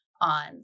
on